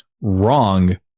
wrong